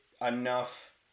enough